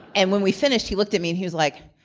and when we finished, he looked at me and he was like,